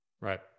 Right